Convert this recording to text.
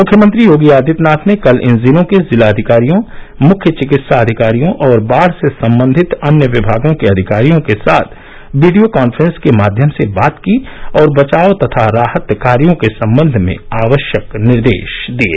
मुख्यमंत्री योगी आदित्यनाथ ने कल इन जिलों के जिलाधिकारियों मुख्य चिकित्सा अधिकारियों और बाढ से संबंधित अन्य विमागों के अधिकारियों के साथ वीडियो कांफ्रेंस के माध्यम से बात की और बचाव तथा राहत कायों के संबंध में आवश्यक निर्देश दिये